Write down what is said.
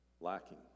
lacking